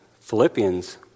Philippians